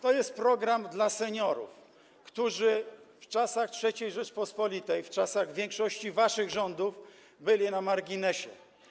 To jest program dla seniorów, którzy w czasach III Rzeczypospolitej Polskiej, w czasach w większości waszych rządów byli na marginesie.